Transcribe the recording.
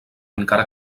encara